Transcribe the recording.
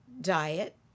diet